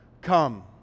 come